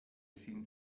seen